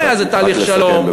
נא לסכם.